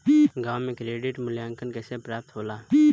गांवों में क्रेडिट मूल्यांकन कैसे प्राप्त होला?